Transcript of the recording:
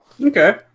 Okay